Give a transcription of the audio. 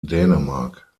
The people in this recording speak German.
dänemark